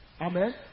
Amen